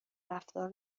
رفتار